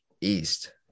east